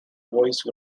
voice